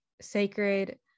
sacred